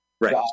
right